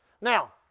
Now